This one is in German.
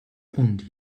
und